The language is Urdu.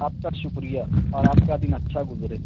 آپ کا شکریہ اور آپ کا دن اچھا گزرے